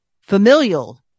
familial